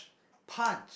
pun